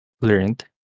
learned